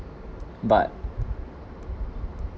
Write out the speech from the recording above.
but